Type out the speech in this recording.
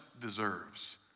deserves